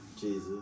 jesus